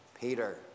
Peter